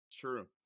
True